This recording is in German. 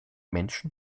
menschen